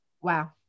Wow